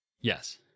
yes